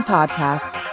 Podcasts